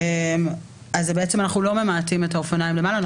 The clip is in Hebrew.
אז אנחנו לא ממעטים את האופניים למעלה?